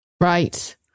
Right